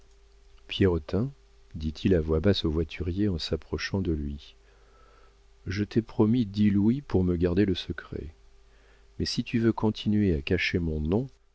pierrotin dit-il à voix basse au voiturier en s'approchant de lui je t'ai promis dix louis pour me garder le secret mais si tu veux continuer à cacher mon nom